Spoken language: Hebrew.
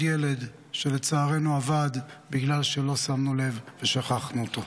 ילד שלצערנו אבד בגלל שלא שמנו לב ושכחנו אותו.